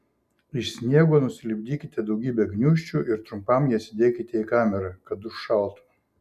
iš sniego nusilipdykite daugybę gniūžčių ir trumpam jas įdėkite į kamerą kad užšaltų